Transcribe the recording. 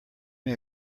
may